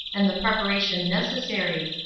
and the preparation necessary.